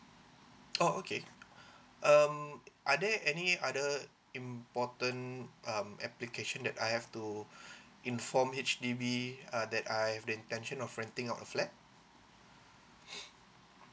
oh okay um are there any other important um application that I have to inform H_D_B uh that I have the intention of renting out the flat